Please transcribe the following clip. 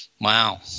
Wow